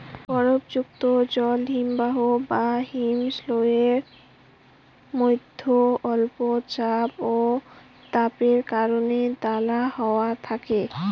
বরফযুক্ত জল হিমবাহ বা হিমশৈলের মইধ্যে অল্প চাপ ও তাপের কারণে দালা হয়া থাকে